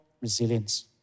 resilience